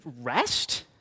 rest